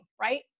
right